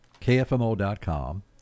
kfmo.com